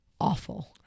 awful